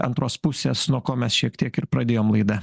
antros pusės nuo ko mes šiek tiek ir pradėjom laidą